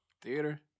Theater